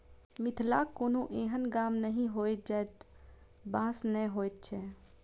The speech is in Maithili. मिथिलाक कोनो एहन गाम नहि होयत जतय बाँस नै होयत छै